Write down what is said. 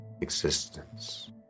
existence